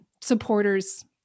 supporters